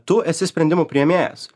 tu esi sprendimų priėmėjas